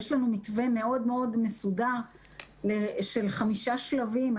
יש לנו מתווה מאוד מאוד מסודר של חמישה שלבים.